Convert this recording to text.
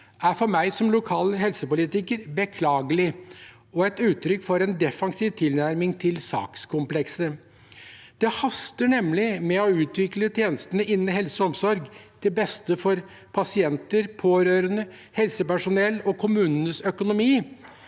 er for meg – som lokal helsepolitiker – beklagelig og et uttrykk for en defensiv tilnærming til sakskomplekset. Det haster nemlig med å utvikle tjenestene innen helse og omsorg, til beste for pasienter, pårørende, helsepersonell og kommunenes økonomi,